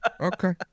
Okay